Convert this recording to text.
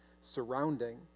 surrounding